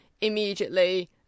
immediately